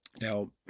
Now